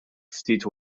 ftit